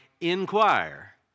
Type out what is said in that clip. inquire